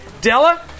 Della